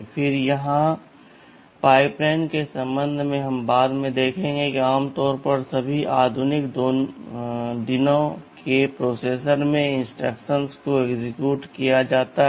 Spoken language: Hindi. फिर यहां पाइपलाइन के संबंध में हम बाद में देखेंगे कि आमतौर पर सभी आधुनिक दिनों के प्रोसेसर में इंस्ट्रक्शंस को एक्सेक्यूट किया जाता है